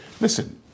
Listen